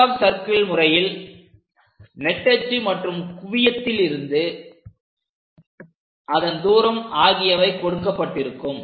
arc of circle முறையில்நெட்டச்சு மற்றும் குவியத்திலிருந்து அதன் தூரம் ஆகியவை கொடுக்கப்பட்டிருக்கும்